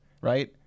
right